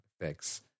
fix